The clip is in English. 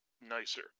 nicer